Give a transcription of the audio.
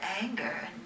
anger